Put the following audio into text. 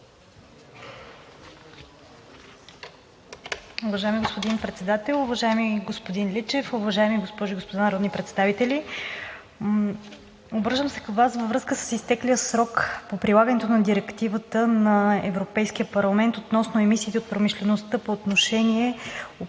Обръщам се към Вас във връзка с изтеклия срок по прилагането на Директивата на Европейския парламент относно емисиите от промишлеността по отношение